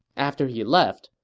after he left,